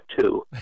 two